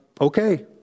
okay